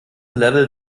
level